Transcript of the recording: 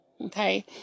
okay